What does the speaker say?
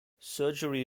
surgery